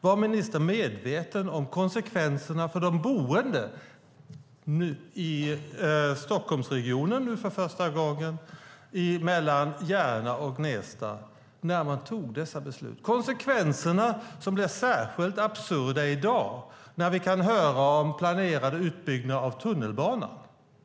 Var ministern medveten om konsekvenserna för de boende i Stockholmsregionen, nu för första gången, mellan Järna och Gnesta när man fattade dessa beslut? Konsekvenserna blir särskilt absurda i dag när vi kan höra om planerad utbyggnad av tunnelbanan.